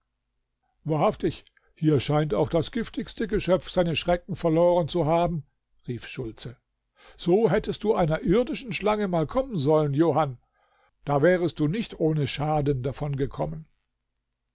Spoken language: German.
wahrhaftig hier scheint auch das giftigste geschöpf seine schrecken verloren zu haben rief schultze so hättest du einer irdischen schlange mal kommen sollen johann da wärest du nicht ohne schaden